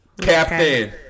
captain